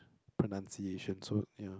pronunciation so you know